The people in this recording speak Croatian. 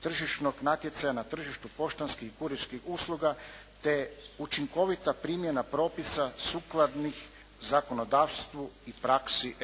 tržišnog natjecanja na tržištu poštanskih i kurirskih usluga, te učinkovita primjena propisa sukladnih zakonodavstvu i praksi